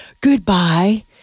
Goodbye